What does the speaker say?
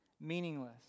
meaningless